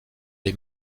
les